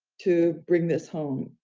to bring this home.